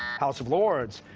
house of lords.